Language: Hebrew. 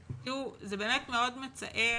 תראו, זה באמת מאוד מצער